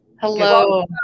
Hello